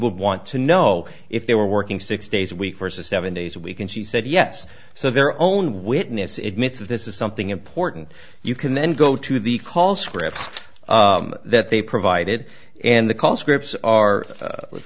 would want to know if they were working six days a week versus seven days a week and she said yes so their own witness admits that this is something important you can then go to the call script that they provided and the call scripts are